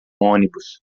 ônibus